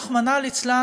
רחמנא ליצלן,